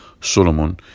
Solomon